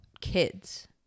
kids